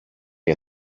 για